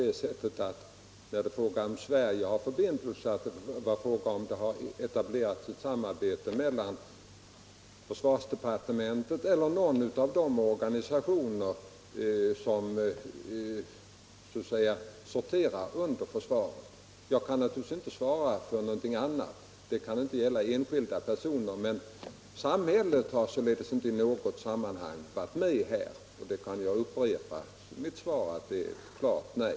Men jag uppfattade att herr Svenssons fråga gällde om det hade etablerats något samarbete mellan försvarsdepartementet eller någon av de organisationer som sorterar under försvaret och Sydafrikanska republiken. Jag kan naturligtvis inte svara för en enskild person. Samhället har inte på något sätt varit med i detta sammanhang. Jag kan upprepa att mitt svar är ett klart nej.